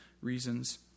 reasons